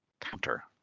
counter